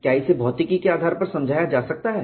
क्या इसे भौतिकी के आधार पर समझाया जा सकता है